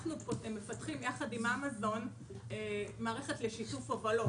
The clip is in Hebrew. אנחנו מפתחים יחד עם אמאזון מערכת לשיתוף הובלות.